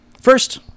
First